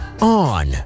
On